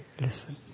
listen